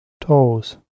toes